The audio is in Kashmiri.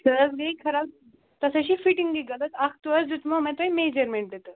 سُہ حظ گٔے خراب تَتھ حظ چھِ فِٹِنٛگٕے غلط اَکھتُے حظ دیُتمو مےٚ تۄہہِ میجَرمٮ۪نٛٹ تہِ تہٕ